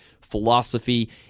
philosophy